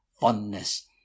fondness